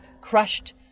crushed